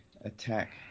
attack